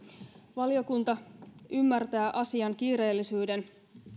valiokunta ymmärtää asian kiireellisyyden